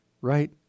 right